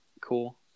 cool